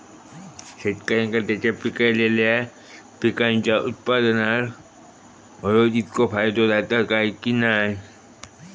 शेतकऱ्यांका त्यांचा पिकयलेल्या पीकांच्या उत्पन्नार होयो तितको फायदो जाता काय की नाय?